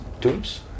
Tombs